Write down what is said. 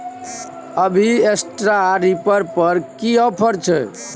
अभी straw reaper पर की ऑफर छै?